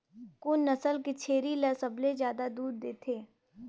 कोन नस्ल के छेरी ल सबले ज्यादा दूध देथे?